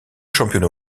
championne